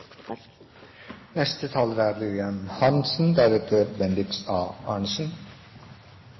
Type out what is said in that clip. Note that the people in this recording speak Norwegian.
Neste taler er